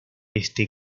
este